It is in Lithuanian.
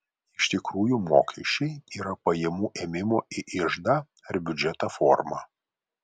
iš tikrųjų mokesčiai yra pajamų ėmimo į iždą ar biudžetą forma